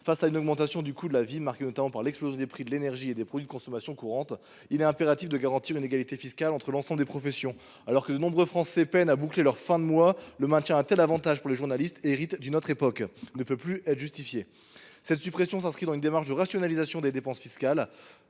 Face à une augmentation du coût de la vie, marquée notamment par l’explosion des prix de l’énergie et des produits de consommation courante, il est impératif de garantir une égalité fiscale entre l’ensemble des professions. Alors que de nombreux Français peinent à boucler leurs fins de mois, le maintien d’un tel avantage pour les journalistes, hérité d’une autre époque, ne peut plus être justifié. Cette suppression s’inscrirait dans une démarche de rationalisation des dépenses fiscales,